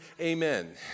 amen